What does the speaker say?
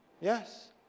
Yes